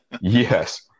yes